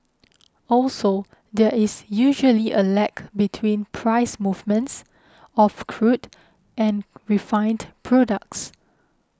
also there is usually a lag between price movements of crude and refined products